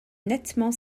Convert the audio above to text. nettement